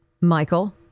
Michael